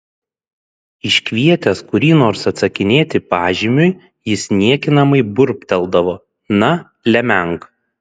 iškvietęs kurį nors atsakinėti pažymiui jis niekinamai burbteldavo na lemenk